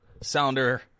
Sounder